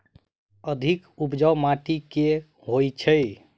अधिक उपजाउ माटि केँ होइ छै?